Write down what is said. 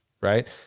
right